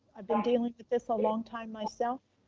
i've been dealing with this a long time, myself.